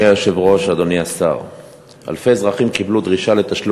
שהנושא שלה הוא: אזרחים נדרשים לשלם